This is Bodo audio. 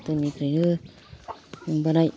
गोदोनिफ्रायनो हमबोनाय